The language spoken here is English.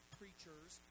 preachers